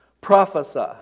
Prophesy